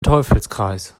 teufelskreis